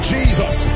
Jesus